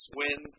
win